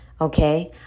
Okay